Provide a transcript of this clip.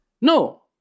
no